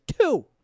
two